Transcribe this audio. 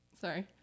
Sorry